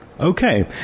okay